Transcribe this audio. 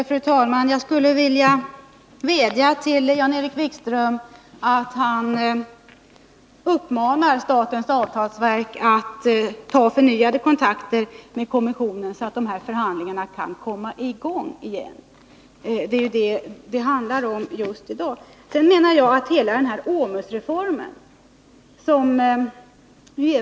Fru talman! Jag skulle vilja vädja till Jan-Erik Wikström att han uppmanar statens avtalsverk att ta förnyade kontakter med kommissionen, så att de här förhandlingarna kan komma i gång igen. Det är det som det handlar om just i dag. Sedan menar jag att hela OMUS-reformen kommer att gå över styr.